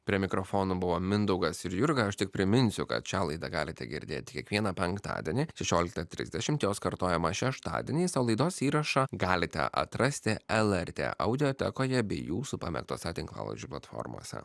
prie mikrofono buvo mindaugas ir jurga aš tik priminsiu kad šią laidą galite girdėti kiekvieną penktadienį šešioliktą trisdešimt jos kartojimą šeštadieniais o laidos įrašą galite atrasti el er tė audiotekoje bei jūsų pamėgtos tinklalaidžių platformose